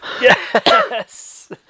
Yes